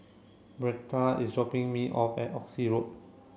Brianda is dropping me off at Oxley Road